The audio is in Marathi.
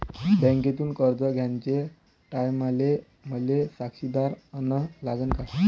बँकेतून कर्ज घ्याचे टायमाले मले साक्षीदार अन लागन का?